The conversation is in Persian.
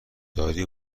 داری